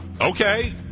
okay